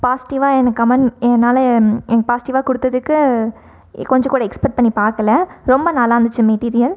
பாசிட்டிவாக எனக்கு கமெண்ட் என்னால் என் பாசிட்டிவாக கொடுத்ததுக்கு கொஞ்சம் கூட எக்ஸ்பக்ட் பண்ணி பார்க்கல ரொம்ப நல்லா இருந்துச்சு மெட்டீரியல்